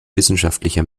wissenschaftlicher